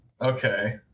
Okay